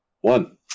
One